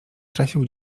trafił